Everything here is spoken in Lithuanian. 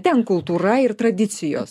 ten kultūra ir tradicijos